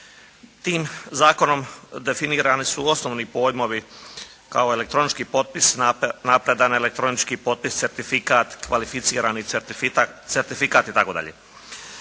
Tim zakonom definirani su osnovni pojmovi kao elektronički potpis, napredan elektronički potpis, certifikat, kvalificirani certifikat itd.